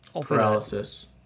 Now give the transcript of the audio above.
Paralysis